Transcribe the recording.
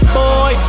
boy